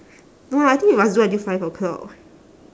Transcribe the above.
no I think we must do until five o'clock